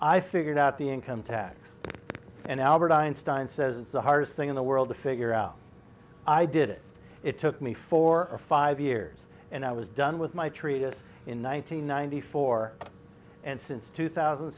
i figured out the income tax and albert einstein says it's the hardest thing in the world to figure out i did it it took me four or five years and i was done with my treatise in one thousand nine hundred four and since two thousand